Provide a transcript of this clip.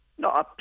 No